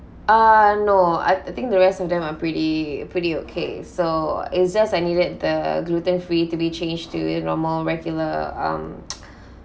uh no I think the rest of them are pretty pretty okay so it's just I needed the gluten free to be change to a normal regular um